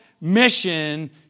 mission